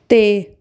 ਅਤੇ